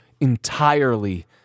entirely